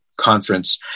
conference